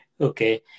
Okay